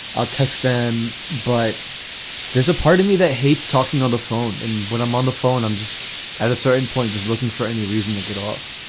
i'll text them. but there's a part of me that hates talking on the phone. and when i'm on the phone, i'm just at a certain point is looking for any reason to get off.